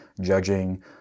judging